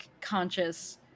conscious